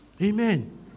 Amen